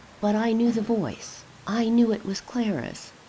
but i knew the voice i knew it was clara's.